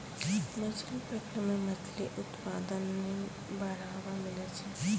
मछली पकड़ै मे मछली उत्पादन मे बड़ावा मिलै छै